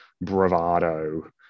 bravado